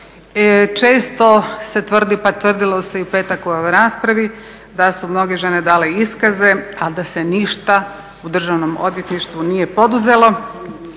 često se tvrdi, pa tvrdilo se i u petak u ovoj raspravi da su mnoge žene dale iskaze ali da se ništa u Državnom odvjetništvu nije poduzelo